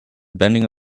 bending